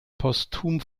posthum